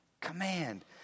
command